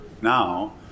now